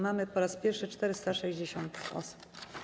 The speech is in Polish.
Mamy po raz pierwszy 460 osób.